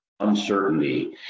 uncertainty